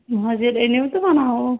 نہ حٲز ییٚلہِ أنِو تہٕ بَناوُو